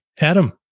Adam